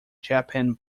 japan